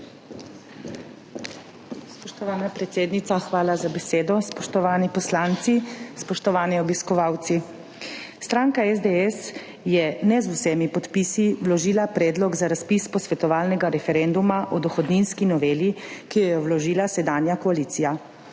hvala za besedo.